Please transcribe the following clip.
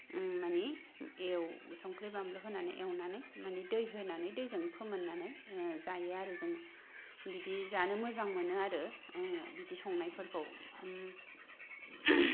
मानि एव संख्रि बानलु होनानै एवनानै मानि दै होनानै दैजों फोमोननानै जायो आरो जोङो बिदि जानो मोजां मोनो आरो बिदि संनायफोरखौ